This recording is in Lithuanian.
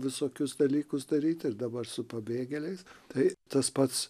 visokius dalykus daryti ir dabar su pabėgėliais tai tas pats